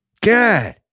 God